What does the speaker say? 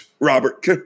Robert